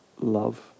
love